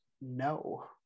No